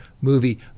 movie